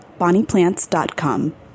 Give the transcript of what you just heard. BonniePlants.com